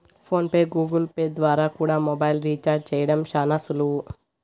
phone pay, Google Pay ద్వారా కూడా mobile recharge చేయడం శానా సులువు